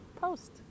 post